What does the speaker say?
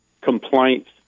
complaints